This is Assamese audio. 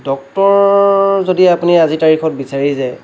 ডক্তৰ যদি আপুনি আজিৰ তাৰিখত বিচাৰি যায়